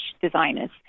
designers